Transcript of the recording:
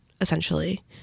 essentially